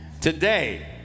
today